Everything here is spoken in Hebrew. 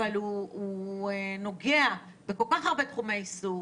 אבל הוא נוגע בכל כך הרבה תחומי עיסוק,